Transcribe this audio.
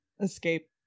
escape